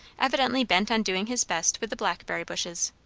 evidently bent on doing his best with the blackberry bushes.